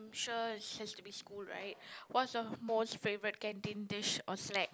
I'm sure it has to be school right what's your most favorite canteen dish or snack